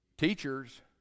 Teachers